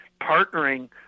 partnering